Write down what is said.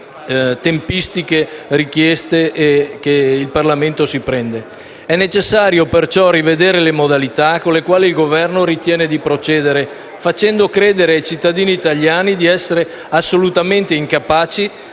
dei normali tempi parlamentari. È necessario, perciò, rivedere le modalità con le quali il Governo ritiene di procedere, facendo credere ai cittadini italiani di essere assolutamente incapaci